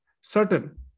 certain